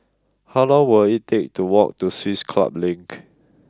how long will it take to walk to Swiss Club Link